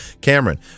Cameron